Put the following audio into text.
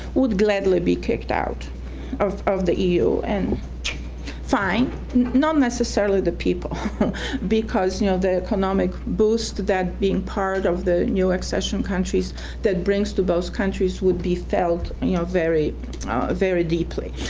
would gladly be kicked out of of the eu, and fine not necessarily the people because, you know, the economic boost that being part of the new accession countries that brings to both countries would be felt and you know very very deeply.